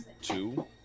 Two